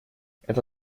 это